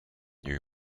new